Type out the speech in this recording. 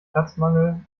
platzmangel